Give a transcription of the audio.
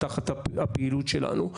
תחת הפעילות שלנו.